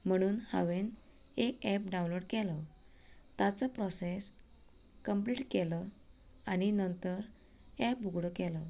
म्हणून हांवेन एक एप डावनलोड केलो ताचो प्रोसेस कंप्लीट केलो आनी नंतर एप उघडो केलो